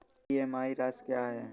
EMI राशि क्या है?